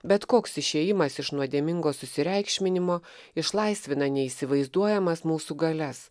bet koks išėjimas iš nuodėmingo susireikšminimo išlaisvina neįsivaizduojamas mūsų galias